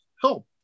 help